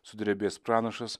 sudrebės pranašas